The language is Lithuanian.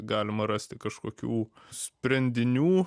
galima rasti kažkokių sprendinių